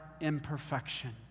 imperfection